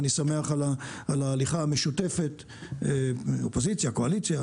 ואני שמח על ההליכה המשותפת אופוזיציה וקואליציה,